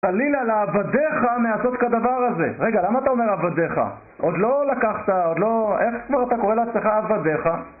חלילה לעבדיך מעשות כדבר הזה. רגע, למה אתה אומר עבדיך? עוד לא לקחת... עוד לא... איך כבר אתה קורא לעצמך עבדיך?